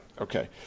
Okay